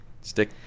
stick